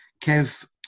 Kev